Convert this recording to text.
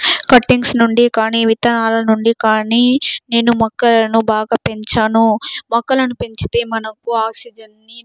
cuttings నుండి గాని విత్తనాల నుండి గానీ నేను మొక్కలను బాగా పెంచాను మొక్కలను పెంచితే మనకు ఆక్సిజన్ని